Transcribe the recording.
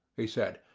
he said,